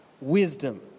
wisdom